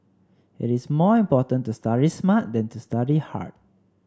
it is more important to study smart than to study hard